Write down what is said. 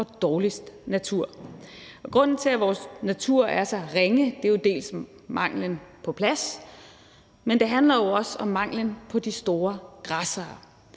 og dårligst natur, og grunden til, at vores natur er så ringe, er jo dels manglen på plads, dels manglen på de store græssere,